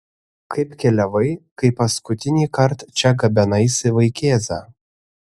kaip keliavai kai paskutinįkart čia gabenaisi vaikėzą